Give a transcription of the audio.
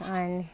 अनि